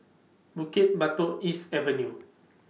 Bukit Batok East Avenue